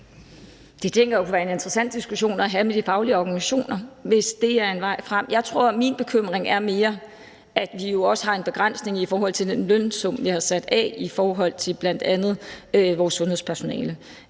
i hvert fald være en interessant diskussion at have med de faglige organisationer, hvis det er en vej frem. Jeg tror, at min bekymring mere er, at vi jo også har en begrænsning i forhold til den lønsum, vi har sat i forhold til bl.a. vores sundhedspersonale,